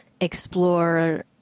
explore